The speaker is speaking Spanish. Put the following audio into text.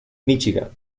michigan